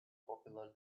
popular